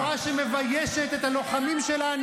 -- תנועה שמביישת את הציונות,